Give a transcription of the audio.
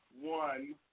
one